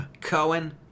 Cohen